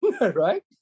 right